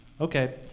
Okay